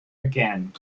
again